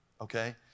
okay